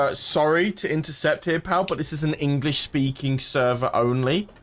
ah sorry to intercept here pal, but this is an english-speaking server only